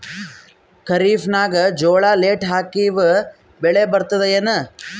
ಖರೀಫ್ ನಾಗ ಜೋಳ ಲೇಟ್ ಹಾಕಿವ ಬೆಳೆ ಬರತದ ಏನು?